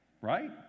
right